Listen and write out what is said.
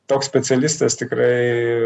toks specialistas tikrai